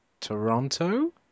Toronto